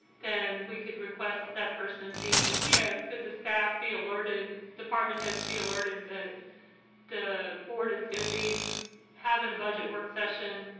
then we could request that person be you know that the staff be alerted department has been alerted that the board is going to be having a budget work session